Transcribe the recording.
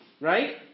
right